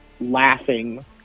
laughing